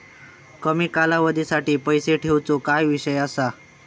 कमी कालावधीसाठी पैसे ठेऊचो काय विषय असा?